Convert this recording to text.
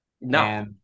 No